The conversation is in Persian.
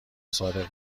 صادق